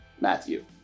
Matthew